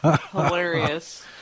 Hilarious